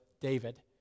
David